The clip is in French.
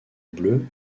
bleu